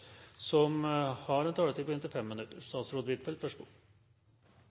ordet, har en taletid på inntil 3 minutter.